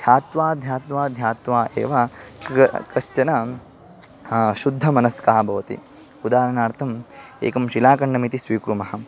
ध्यात्वा ध्यात्वा ध्यात्वा एव क कश्चन शुद्धमनस्कः भवति उदाहरणार्थम् एकं शिलाखण्डमिति स्वीकुर्मः